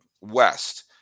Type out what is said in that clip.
west